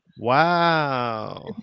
Wow